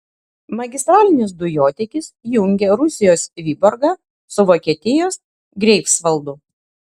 magistralinis dujotiekis jungia rusijos vyborgą su vokietijos greifsvaldu